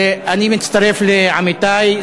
אני מצטרף לעמיתי.